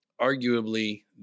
arguably